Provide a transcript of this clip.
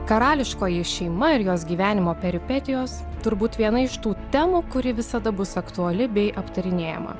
karališkoji šeima ir jos gyvenimo peripetijos turbūt viena iš tų temų kuri visada bus aktuali bei aptarinėjama